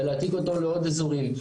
ולהעתיק אותו לעוד אזורים.